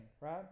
right